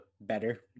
better